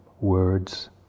words